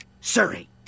Surrey